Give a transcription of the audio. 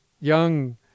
young